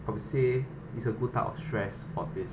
I would say it's a good type of stress for this